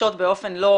משתמשות באופן לא